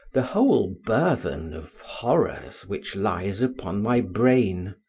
the whole burthen of horrors which lies upon my brain.